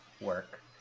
work